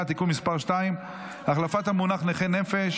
(תיקון מס' 2) (החלפת המונח נכה נפש),